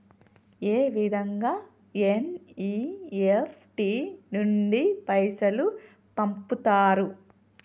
ఏ విధంగా ఎన్.ఇ.ఎఫ్.టి నుండి పైసలు పంపుతరు?